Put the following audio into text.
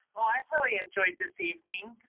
well, i've really enjoyed this evening.